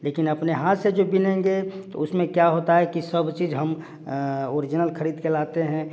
लेकिन अपने हाथ से जो बुनेंगे तो उस में क्या होता है कि सब चीज हम ओरिजनल खरीद के लाते हैं